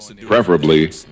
preferably